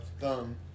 thumb